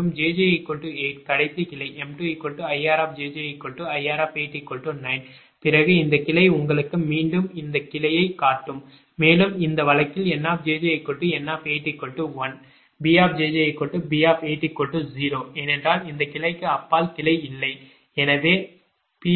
மற்றும் jj8 கடைசி கிளைm2IRjjIR9 பிறகு இந்த கிளை உங்களுக்கு மீண்டும் இந்த கிளையை காட்டும் மேலும் அந்த வழக்கில் NjjN81 BjjB80 ஏனென்றால் இந்த கிளைக்கு அப்பால் கிளை இல்லை எனவே P PL